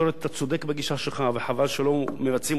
שאתה צודק בגישה שלך וחבל שלא מבצעים אותה.